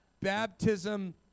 Baptism